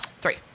Three